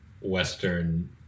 western